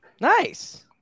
nice